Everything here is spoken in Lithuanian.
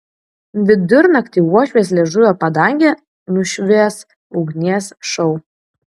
vidurnaktį uošvės liežuvio padangę nušvies ugnies šou